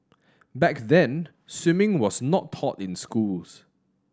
back then swimming was not taught in schools